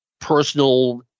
personal